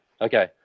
Okay